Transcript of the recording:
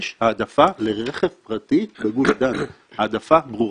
יש העדפה לרכב פרטי בגוש דן, העדפה ברורה.